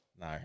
No